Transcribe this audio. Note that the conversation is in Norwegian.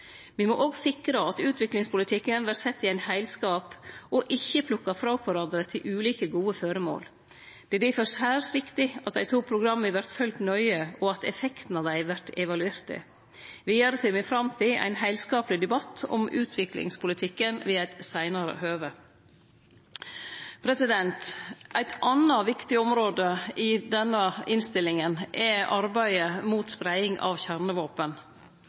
Me må også sikre at utviklingspolitikken vert sett i ein heilskap og ikkje plukka frå kvarandre til ulike gode føremål. Det er difor særs viktig at dei to programma vert følgde nøye, og at effekten av dei vert evaluert. Vidare ser me fram til ein heilskapleg debatt om utviklingspolitikken ved eit seinare høve. Eit anna viktig område i denne innstillinga er arbeidet mot spreiing av kjernevåpen.